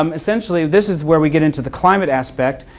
um essentially this is where we get into the climate aspect,